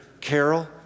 carol